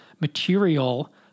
material